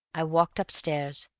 i walked upstairs.